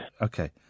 Okay